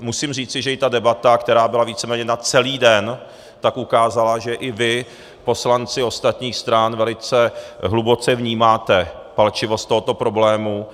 Musím říci, že i debata, která byla víceméně na celý den, ukázala, že i vy, poslanci ostatních stran, velice hluboce vnímáte palčivost tohoto problému.